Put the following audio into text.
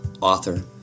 author